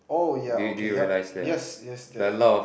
oh ya okay yup yes yes